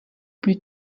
plus